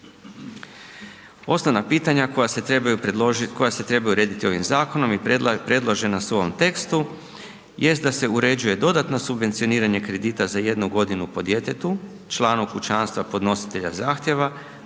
predložiti, koja se trebaju urediti ovim zakonom i predložena su u ovom tekstu jest da se uređuje dodatno subvencioniranje kredita za 1 godinu po djetetu, članu kućanstva, podnositelja zahtjeva,